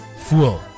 Fool